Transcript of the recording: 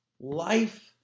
Life